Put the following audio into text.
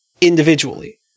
individually